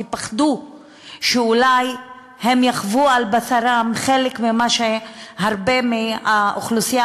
כי פחדו שאולי הם יחוו על בשרם חלק ממה שהרבה מהאוכלוסייה